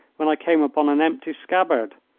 when i came upon an empty scabbard.